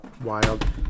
wild